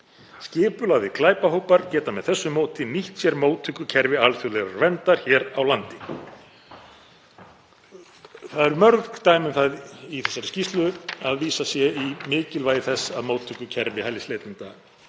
Skipulagðir glæpahópar geta með þessu móti nýtt sér móttökukerfi alþjóðlegrar verndar hér á landi.“ Það eru mörg dæmi um það í þessari skýrslu að vísað sé í mikilvægi þess að móttökukerfi hælisleitenda